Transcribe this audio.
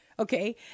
Okay